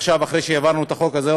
עכשיו, אחרי שהעברנו את החוק הזה,